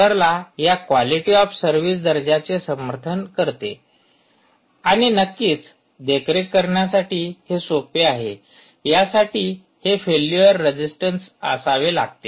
सर्व्हरला या quality of service दर्जाचे समर्थन करते आणि नक्कीच देखरेख ठेवण्यासाठी हे सोपे आहे यासाठी हे फेल्यूर रेजिस्टंट असावे लागते